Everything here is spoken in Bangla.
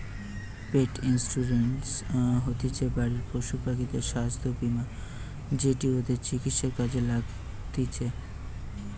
পেট ইন্সুরেন্স হতিছে বাড়ির পশুপাখিদের স্বাস্থ্য বীমা যেটি ওদের চিকিৎসায় কাজে লাগতিছে